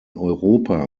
europa